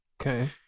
Okay